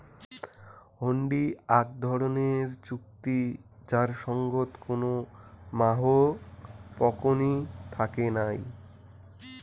হুন্ডি আক ধরণের চুক্তি যার সঙ্গত কোনো মাহও পকনী থাকে নাই